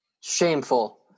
Shameful